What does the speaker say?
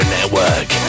Network